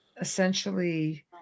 essentially